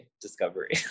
discovery